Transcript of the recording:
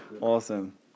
Awesome